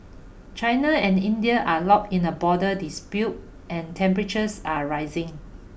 China and India are locked in a border dispute and temperatures are rising